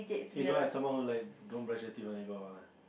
you don't have someone who like don't brush their teeth when they go out one ah